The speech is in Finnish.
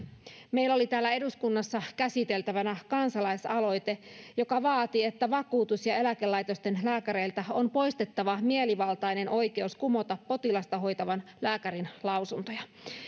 meillä oli täällä eduskunnassa käsiteltävänä kansalaisaloite joka vaati että vakuutus ja eläkelaitosten lääkäreiltä on poistettava mielivaltainen oikeus kumota potilasta hoitavan lääkärin lausuntoja